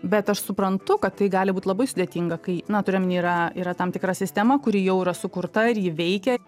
bet aš suprantu kad tai gali būt labai sudėtinga kai na turiu omeny yra yra tam tikra sistema kuri jau yra sukurta ir ji veikia